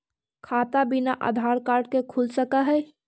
खाता बिना आधार कार्ड के खुल सक है?